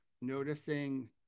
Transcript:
noticing